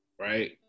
Right